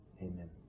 Amen